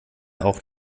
auch